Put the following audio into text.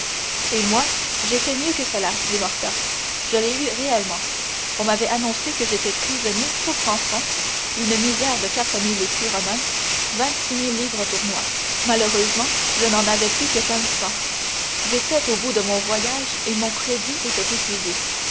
et moi j'ai fait mieux que cela dit morcerf je l'ai eue réellement on m'avait annoncé que j'étais prisonnier sauf rançon une misère quatre mille écus romains vingt-six mille livres tournois malheureusement je n'en avais plus que quinze cents j'étais au bout de mon voyage et mon crédit était épuisé